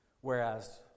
whereas